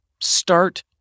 start